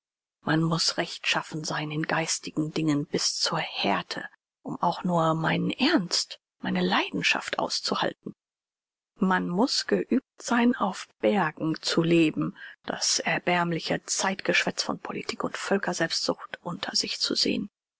man muß rechtschaffen sein in geistigen dingen bis zur härte um auch nur meinen ernst meine leidenschaft auszuhalten man muß geübt sein auf bergen zu leben das erbärmliche zeitgeschwätz von politik und völkerselbstsucht unter sich zu sehn